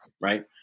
right